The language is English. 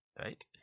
Right